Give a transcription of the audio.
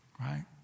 Right